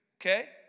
Okay